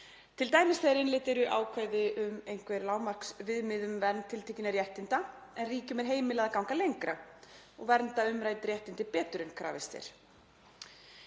t.d. þegar innleidd eru ákvæði um einhver lágmarksviðmið um vernd tiltekinna réttinda en ríkjum er heimilað að ganga lengra og vernda umrædd réttindi betur en krafist er.